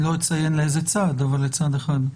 אני לא אציין לאיזה צד, אבל לצד אחד.